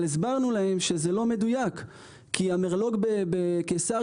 אבל הסברנו להם שזה לא מדויק כי המרלו"ג בקיסריה